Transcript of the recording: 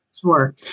Sure